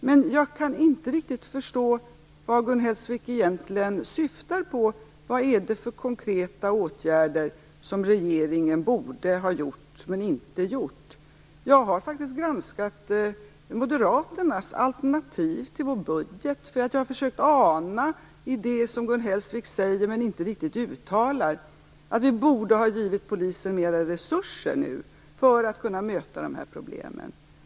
Vad jag inte riktigt kan förstå är vad Gun Hellsvik egentligen syftar på. Vad är det för konkreta åtgärder som regeringen borde ha vidtagit men inte har vidtagit? Jag har faktiskt granskat Moderaternas alternativ till vår budget; jag har ju anat i det som Gun Hellsvik säger men inte riktigt uttalar att vi borde ha givit polisen mer resurser för att kunna möta problemen.